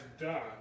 done